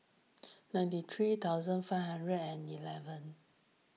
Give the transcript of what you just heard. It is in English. ninety three thousand five hundred and eleven